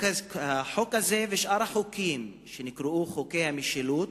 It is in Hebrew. החוק הזה ושאר החוקים שנקראו חוקי המשילות,